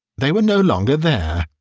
they were no longer there.